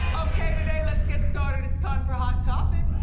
okay, today let's get started. it's time for hot topics.